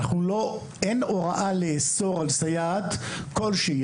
אין הוראה לאסור על סייעת כלשהי.